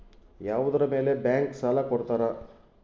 ಯಾವುದರ ಮೇಲೆ ಬ್ಯಾಂಕ್ ಸಾಲ ಕೊಡ್ತಾರ?